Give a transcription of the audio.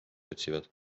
otsivad